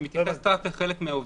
היא מתייחסת רק לחלק מהעובדים.